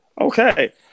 Okay